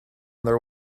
their